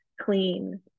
clean